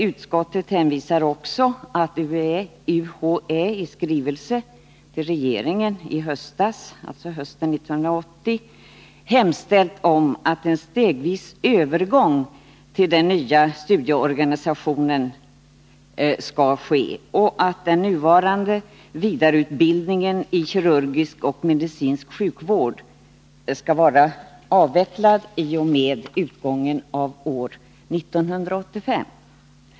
Utskottet hänvisar också till att UHÄ i skrivelse till regeringen i höstas — alltså hösten 1980 — hemställt att en stegvis övergång till den nya studieorganisationen skall ske och att den nuvarande vidareutbildningen i kirurgisk och medicinsk sjukvård skall vara avvecklad i och med utgången av år 1985.